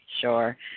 sure